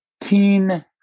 Teen